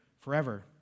forever